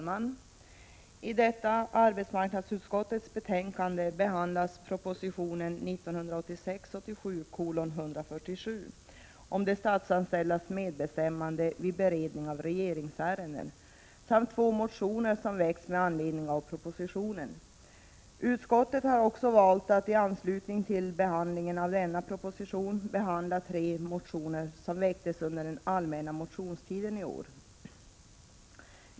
Prot. 1986 87:18 från arbetsmarknadsutskottet, 2 juni 1987 vid beredning av regeringsärenden samt två motioner som väckts med 2 es ö då ä s RR bestämmande vid beanledning av propositionen. Utskottet har också valt att i anslutning till ; ö ? SE é 5 redningen av regeringsbehandlingen av denna proposition behandla tre motioner som väcktes id ärenden under allmänna motionstiden i år.